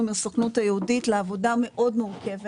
עם הסוכנות היהודית לעבודה מאוד מורכבת.